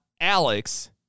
Alex